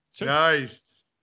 Nice